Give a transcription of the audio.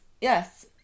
Yes